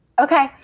okay